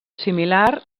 similar